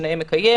נאה מקיים.